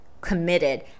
committed